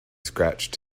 scratched